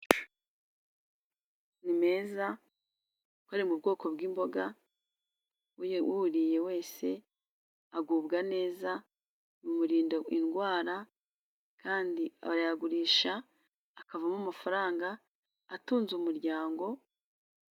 Ni meza kuko ari mu bwoko bw'imboga, uye uwuriye wese agubwa neza, bimurinda indwara kandi arayagurisha, akavamo amafaranga atunze umuryango.